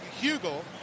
Hugel